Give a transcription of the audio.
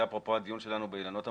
אפרופו הדיון שלנו באילנות המוגנות,